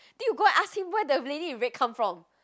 then you go and ask him where the lady in red come from